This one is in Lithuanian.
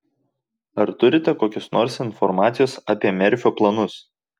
ar turite kokios nors informacijos apie merfio planus